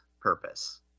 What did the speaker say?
purpose